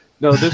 no